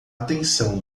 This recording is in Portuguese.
atenção